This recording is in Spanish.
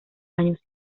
años